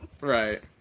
Right